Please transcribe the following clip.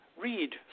read